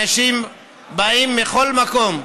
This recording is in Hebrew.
אנשים באים מכל מקום,